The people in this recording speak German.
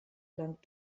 lang